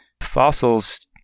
fossils